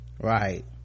right